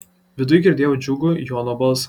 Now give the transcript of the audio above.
viduj girdėjau džiugų jono balsą